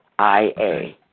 IA